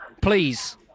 Please